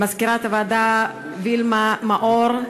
למזכירת הוועדה וילמה מאור,